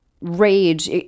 rage